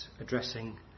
addressing